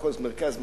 מחוז מרכז,